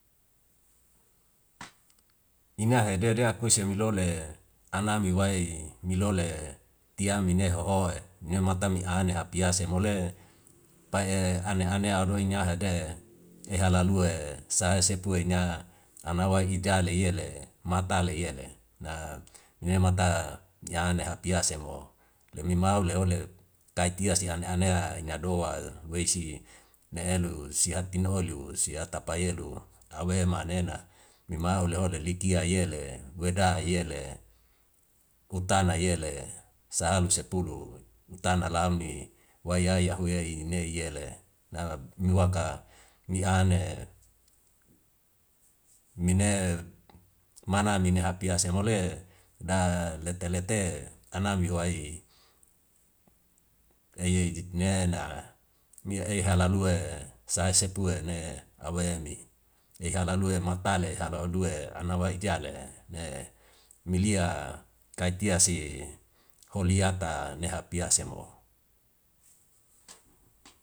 Ina hede de akuise mi lole ane miwai milole tiamine hohoe neu mata mi ane hapiase mo le pai'e ane anea adoi ni hede eha lalu'e sai sepu wenga ana wa ijale yele mata le yele na nemata ni ane hapiase mo lemi mau le ole tai tia si an anea ina do'a wesi na elu si hati nolu sia tapa yelu awe manena nimau le ole lika yele weda yele, utana yele sa alu sepulu utana launi wa yai ahuyei ne yelei na ni waka ni an. Mine mana lini hapiase mo le da lete lete ana mihwai nena ni ei ha lalue sai sepu wene aweni eha lalui matale halo elu'e ana wa ijale ne milia kai tia si holi yata ne hapiase mo.